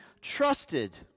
trusted